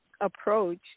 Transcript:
approach